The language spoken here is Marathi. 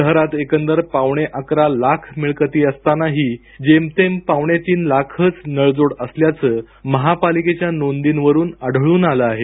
शहरात एकंदर पावणे अकरा लाख मिळकती असतानाही जेमतेम पावणे तीन लाखच नळजोड असल्याचं महापालिकेच्या नोंदीवरून आढळून आलं आहे